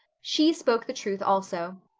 she spoke the truth also.